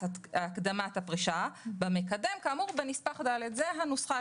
הקדמת הפרישה במקדם כאמור בנספח ד'." זו הנוסחה.